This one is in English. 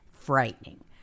Frightening